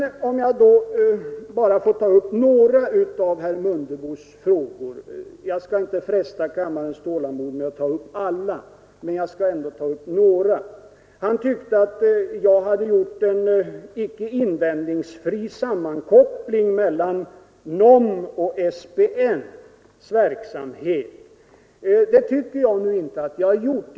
Får jag så bara ta upp några av herr Mundebos frågor — jag skall inte fresta kammarens tålamod med att ta upp alla. Han tyckte att jag hade gjort en icke invändningsfri sammankoppling mellan NOM och SPN:s verksamhet. Det tycker jag nu inte att jag har gjort.